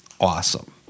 Awesome